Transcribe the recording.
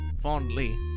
fondly